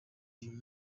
uyu